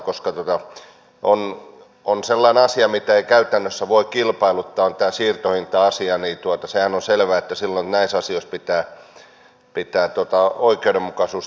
koska tämä siirtohinta asia on sellainen asia jota ei käytännössä voi kilpailuttaa niin sehän on selvää että silloin näissä asioissa pitää oikeudenmukaisuuden toteutua